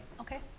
Okay